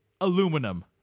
Aluminum